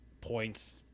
points